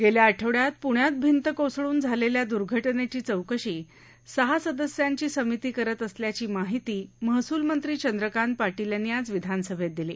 गेल्या आठवडयात प्रण्यात भिंत कोसळून झालेल्या दुर्घटनेची चौकशी सहा सदस्यांची समिती करत असल्याची माहिती महसूल मंत्री चंद्रकांत पाटील यांनी आज विधानसभेत दिली